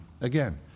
Again